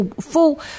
full